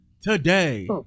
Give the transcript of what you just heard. today